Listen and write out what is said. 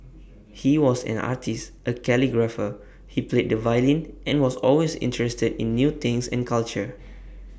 he was an artist A calligrapher he played the violin and was always interested in new things and culture